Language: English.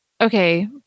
Okay